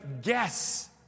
guess